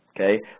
Okay